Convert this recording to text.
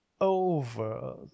over